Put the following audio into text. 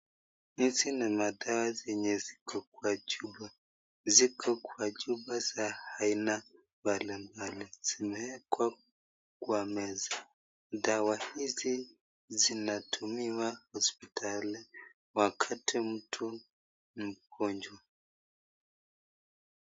Hizi ni madawa zenye ziko kwa chupa. Ziko kwa chupa za aina mbalimbali. Zimeekwa kwa meza. Dawa hizi zinatumiwa hospitali wakati mtu ni mgonjwa.